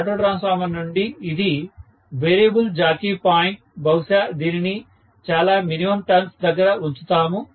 auto transformer నుండి ఇది variable jockey point బహుశా దీనిని చాలా మినిమం టర్న్స్ దగ్గర ఉంచుతాము